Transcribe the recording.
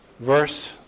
Verse